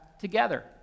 together